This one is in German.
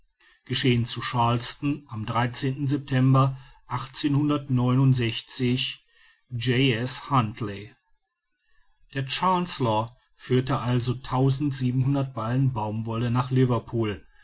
geschehen zu charleston am september ja es huntly der chancellor führt also ballen baumwolle nach liverpool